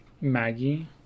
Maggie